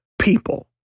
people